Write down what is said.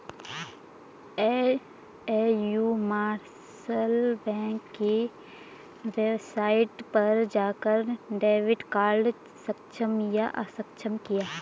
AU small bank की website पर जाकर डेबिट कार्ड सक्षम या अक्षम किया